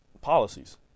policies